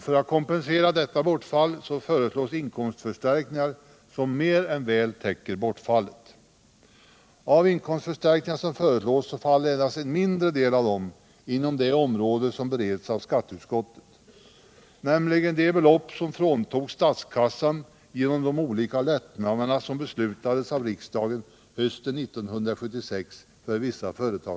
För att kompensera detta bortfall föreslås inkomstförstärkningar som mer än väl täcker bortfallet. Av dessa inkomstförstärkningar faller endast en mindre del inom det område som bereds av skatteutskottet, nämligen det belopp som fråntogs statskassan genom de olika lättnader för vissa företagargrupper som beslutades av riksdagen hösten 1976.